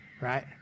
right